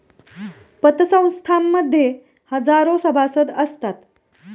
पतसंस्थां मध्ये हजारो सभासद असतात